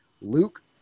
Luke